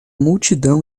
multidão